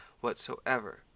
whatsoever